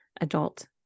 adult